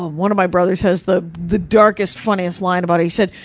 one of my brothers has the the darkest, funniest line about it. he said,